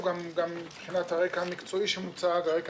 מבחינת הרקע המקצועי שמוצע - הרקע